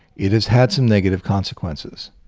it has had some negative consequences.